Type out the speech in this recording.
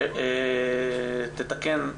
שתתקן,